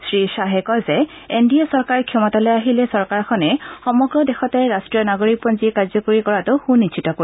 শ্ৰীশ্বাহে কয় যে এন ডি এ চৰকাৰ ক্ষমতালৈ আহিলে চৰকাৰখনে সমগ্ৰ দেশতে ৰাষ্ট্ৰীয় নাগৰিকপঞ্জী কাৰ্য্যকৰী কৰাটো সুনিশ্চিত কৰিব